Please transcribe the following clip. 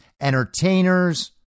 entertainers